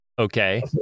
okay